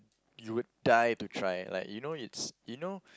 you would die to try like you know it's you know